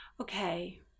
Okay